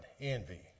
envy